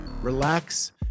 relax